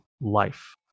life